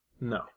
No